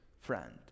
friend